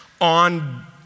on